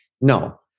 No